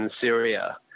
Syria